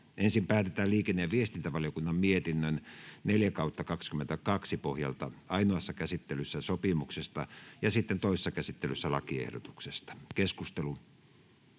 Ensin päätetään liikenne- ja viestintävaliokunnan mietinnön LiVM 4/2022 vp pohjalta ainoassa käsittelyssä sopimuksesta ja sitten toisessa käsittelyssä lakiehdotuksesta. Osittain